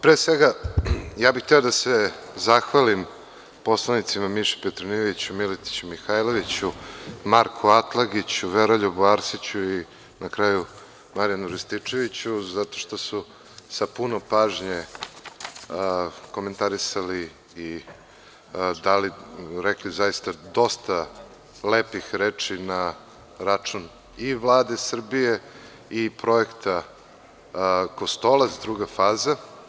Pre svega ja bih hteo da se zahvalim poslanicima Miši Petronijeviću, Miletiću, Mihajloviću, Marku Atlagiću, Veroljubu Arsiću i na kraju Marijanu Rističeviću, zato što su sa puno pažnje komentarisali i rekli zaista dosta lepih reči na račun i Vlade Srbije i Projekta Kostolac – druga faza.